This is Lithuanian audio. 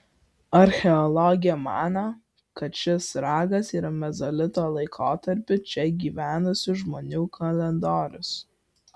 archeologė mano kad šis ragas yra mezolito laikotarpiu čia gyvenusių žmonių kalendorius